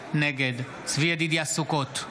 נגד צבי ידידיה סוכות,